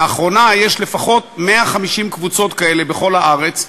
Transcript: לאחרונה יש לפחות 150 קבוצות כאלה בכל הארץ.